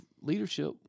leadership